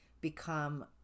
become